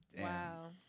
Wow